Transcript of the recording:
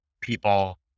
people